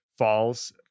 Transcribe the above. falls